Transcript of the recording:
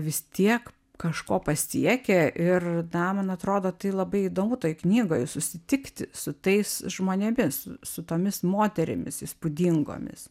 visi tiek kažko pasiekė ir na man atrodo tai labai įdomu toj knygoj susitikti su tais žmonėmis su tomis moterimis įspūdingomis